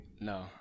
no